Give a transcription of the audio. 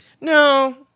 No